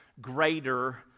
greater